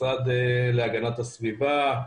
- למשרד להגנת הסביבה,